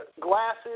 glasses